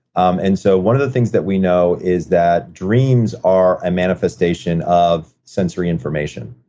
um and so one of the things that we know is that dreams are a manifestation of sensory information,